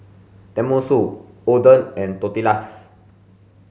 Tenmusu Oden and Tortillas